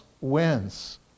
wins